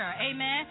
amen